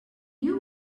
you